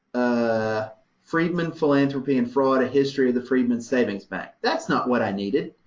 ah freedman philanthropy and fraud a history of the freedmen's savings bank. that's not what i needed.